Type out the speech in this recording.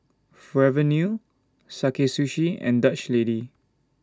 Forever New Sakae Sushi and Dutch Lady